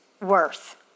worth